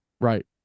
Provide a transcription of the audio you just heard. Right